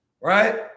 right